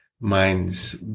minds